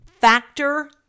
Factor